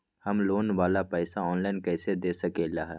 हम लोन वाला पैसा ऑनलाइन कईसे दे सकेलि ह?